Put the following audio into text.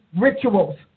rituals